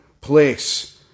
place